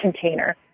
container